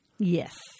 Yes